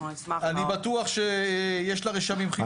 אני בטוח שיש לה רשמים חיוביים.